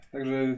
Także